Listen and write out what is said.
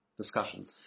discussions